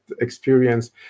experience